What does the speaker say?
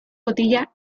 botella